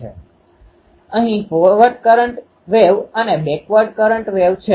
તેથી આના આધારે હું કહી શકું છું કે આ સૂત્ર ડાયપોલ માટે છે